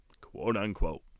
Quote-unquote